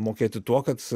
mokėti tuo kad